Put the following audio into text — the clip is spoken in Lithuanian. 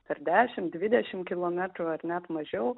per dešim dvidešim kilometrų ar net mažiau